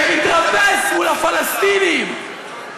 שמתרפס מול הפלסטינים,